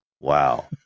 Wow